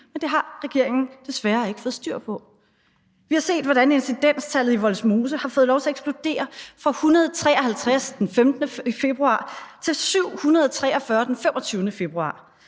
og det har regeringen desværre ikke fået styr på. Vi har set, hvordan incidenstallet i Vollsmose har fået lov til at eksplodere fra 153 den 15. februar til 743 den 25. februar.